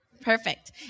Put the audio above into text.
Perfect